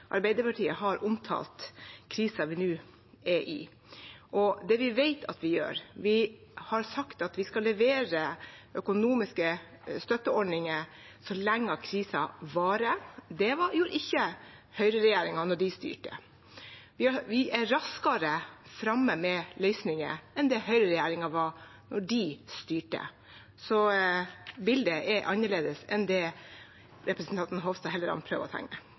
vi skal levere økonomiske støtteordninger så lenge krisen varer. Det gjorde ikke høyreregjeringen da de styrte. Vi er raskere framme med løsninger enn det høyreregjeringen var da de styrte. Så bildet er annerledes enn det representanten Hofstad Helleland prøver å tegne.